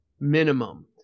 minimum